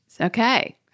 Okay